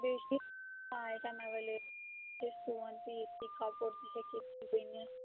بیٚیہِ چھِ ییٚتٮ۪ن ایویلیبٕل چھِ سُوَان تہِ ییٚتی کَپُر تہِ ہیٚکہِ ییٚتی بٔنِتھ